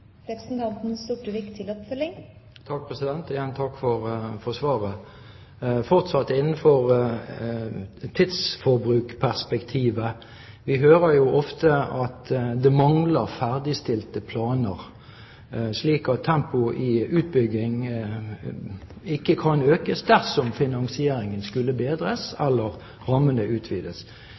Igjen takk for svaret. Fortsatt innenfor tidsforbrukperspektivet: Vi hører jo ofte at det mangler ferdigstilte planer, slik at tempoet i utbygging ikke kan økes dersom finansieringen skulle bedres eller rammene utvides.